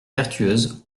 vertueuse